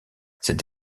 cette